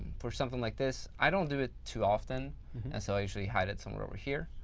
for something like this. i don't do it too often and so i usually hide it somewhere over here.